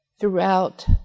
throughout